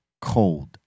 cold